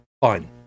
Fine